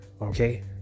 okay